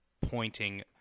pointing